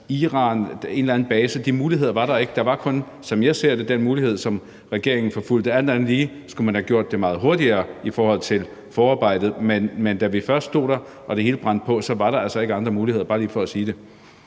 eller en eller anden base: De muligheder var der ikke. Der var kun, som jeg ser det, den mulighed, som regeringen forfulgte. Alt andet lige skulle man have gjort det meget hurtigere i forhold til forarbejdet, men da vi først stod der og det hele brændte på, var der altså ikke andre muligheder – bare lige for at sige det.